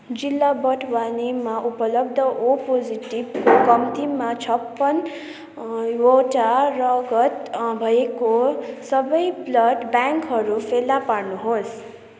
जिल्ला बडवानीमा उपलब्ध ओ पोजिटिवको कम्तिमा छप्पनवटा रगत भएका सबै ब्लड ब्याङ्कहरू फेला पार्नुहोस्